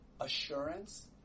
assurance